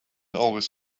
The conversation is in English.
always